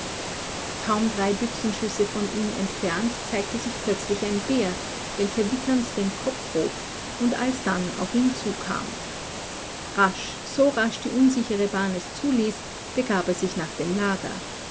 kaum drei büchsenschüsse von ihm entfernt zeigte sich plötzlich ein bär welcher witternd den kopf hob und alsdann auf ihn zukam rasch so rasch die unsichere bahn es zuließ begab er sich nach dem lager